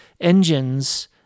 engines